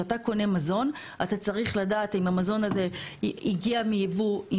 כשאתה קונה מזון אתה צריך לדעת אם המזון הזה הגיע מייבוא,